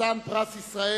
חתן פרס ישראל,